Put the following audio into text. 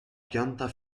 pianta